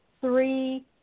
three